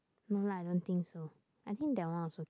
no lah I don't think so I think that one also can